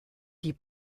die